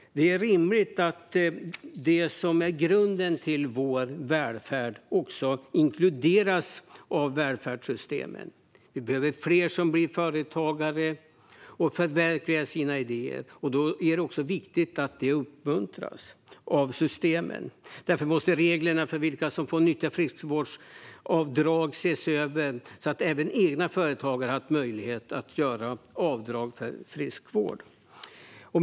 Det är rimligt att de som är grunden till vår välfärd också inkluderas av välfärdssystemen. Vi behöver fler som blir företagare och förverkligar sina idéer. Då är det också viktigt att de uppmuntras av systemen. Därför måste reglerna för vilka som får nyttja friskvårdsbidrag ses över så att även egna företagare har möjlighet att göra avdrag för friskvård.